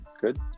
good